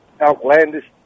outlandish